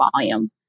volume